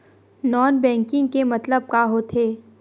Non banking के मतलब का होथे?